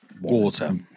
water